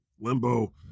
limbo